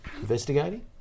investigating